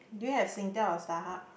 do you have Singtel or StarHub